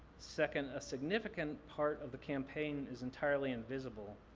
second, a significant part of the campaign is entirely invisible.